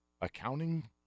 accounting